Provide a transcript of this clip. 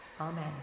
Amen